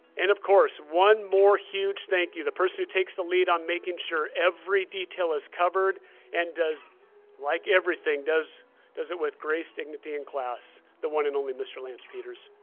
and, of course, one more huge thank you, the person who takes the lead on making sure every detail is covered and, like everything, does does it with grace, dignity, and class, the one and only mr. lance peters.